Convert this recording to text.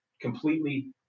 completely